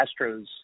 Astros